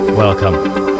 Welcome